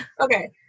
Okay